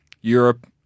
Europe